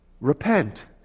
Repent